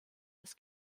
des